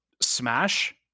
Smash